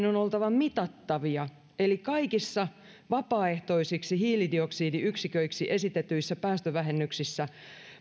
on oltava mitattavia eli kaikissa vapaaehtoisiksi hiilidioksidiyksiköiksi esitetyissä päästövähennyksissä